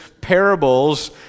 parables